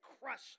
crushed